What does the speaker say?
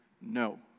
no